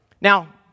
Now